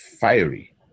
Fiery